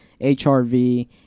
HRV